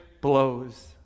blows